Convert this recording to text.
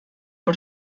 per